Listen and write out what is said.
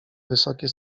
wysokie